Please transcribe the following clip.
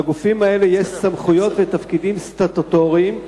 לגופים האלה יש סמכויות ותפקידים סטטוטוריים.